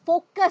focus